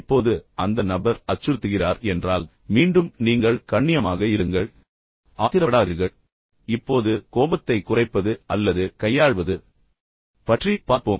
இப்போது அந்த நபர் அச்சுறுத்துகிறார் என்றால் மீண்டும் நீங்கள் கண்ணியமாக இருங்கள் நீங்கள் மிகவும் அமைதியாக இருங்கள் ஆத்திரப்படாதீர்கள் இப்போது கோபத்தை தளர்த்துவது அல்லது கையாள்வது பற்றி பார்ப்போம்